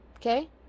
Okay